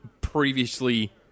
previously